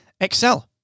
excel